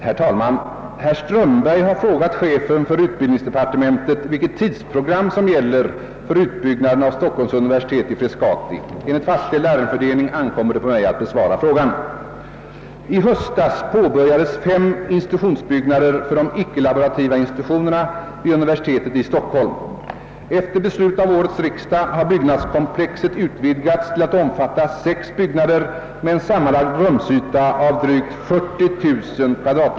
Herr talman! Herr Strömberg har frågat chefen för utbildningsdepartementet vilket tidsprogram som gäller för utbyggnaden av Stockholms universitet i Frescati. Enligt fastställd ärendefördelning ankommer det på mig att besvara frågan. I höstas påbörjades fem institutionsbyggnader för de icke-laborativa institutionerna vid universitetet i Stockholm. Efter beslut av årets riksdag har byggnadskomplexet utvidgats till att omfatta sex byggnader med en sammanlagd rumsyta av drygt 40 000 kvm.